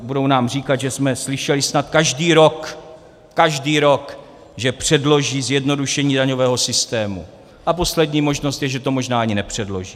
Budou nám říkat, že jsme slyšeli snad každý rok, každý rok, že předloží zjednodušení daňového systému a poslední možnost je, že to možná ani nepředloží.